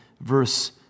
verse